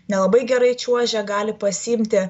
nelabai gerai čiuožia gali pasiimti